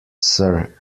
sir